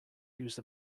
used